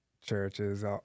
churches